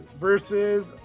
versus